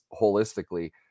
holistically